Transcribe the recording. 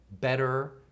better